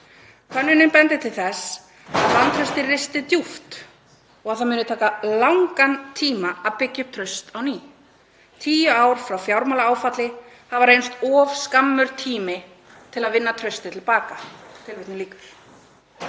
Könnunin bendir til þess að vantraustið risti djúpt og að það muni taka langan tíma að byggja upp traust á ný. Tíu ár frá fjármálaáfalli hafa reynst of skammur tími til að vinna traustið til baka.“ Forseti. Tíu